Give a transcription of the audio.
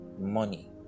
Money